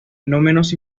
menos